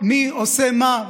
מי עושה מה,